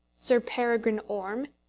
sir peregrine orme,